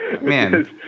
Man